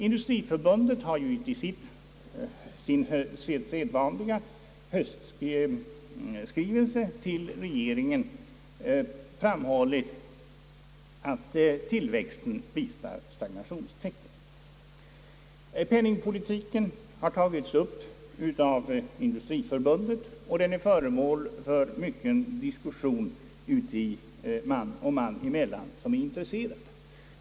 Industriförbundet har i sin sedvanliga höstskrivelse till regeringen framhållit att tillväxten visar stagnationstecken. Penningpolitiken har tagits upp av Industriförbundet, och den är föremål för mycken diskussion man och man emellan i intresserade kretsar.